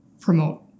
promote